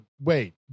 wait